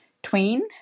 tween